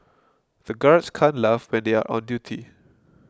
the guards can't laugh when they are on duty